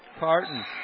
Carton